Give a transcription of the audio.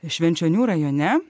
švenčionių rajone